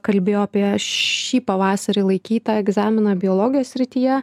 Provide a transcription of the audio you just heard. kalbėjo apie šį pavasarį laikytą egzaminą biologijos srityje